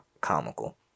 comical